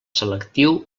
selectiu